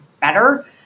better